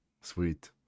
Sweet